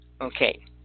Okay